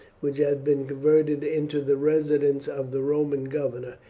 which had been converted into the residence of the roman governor,